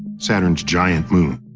saturn's giant moon.